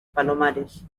palomares